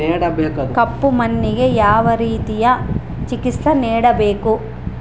ಕಪ್ಪು ಮಣ್ಣಿಗೆ ಯಾವ ರೇತಿಯ ಚಿಕಿತ್ಸೆ ನೇಡಬೇಕು?